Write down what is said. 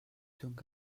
donc